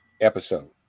episode